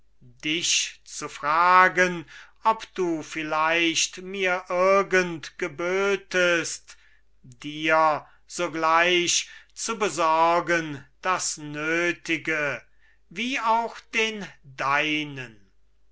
dich zu fragen ob du vielleicht mir irgend gebötest dir sogleich zu besorgen das nötige wie auch den deinen